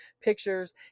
pictures